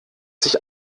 sich